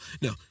No